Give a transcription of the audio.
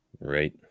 right